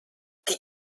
die